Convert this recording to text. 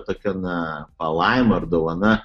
tokia na palaima ar dovana